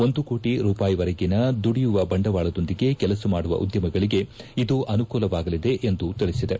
ಒಂದು ಕೋಟ ರೂಪಾಯಿವರೆಗಿನ ದುಡಿಯುವ ಬಂಡವಾಳದೊಂದಿಗೆ ಕೆಲಸ ಮಾಡುವ ಉದ್ದಮಗಳಿಗೆ ಇದು ಅನುಕೂಲವಾಗಲಿದೆ ಎಂದು ತಿಳಿಸಿದೆ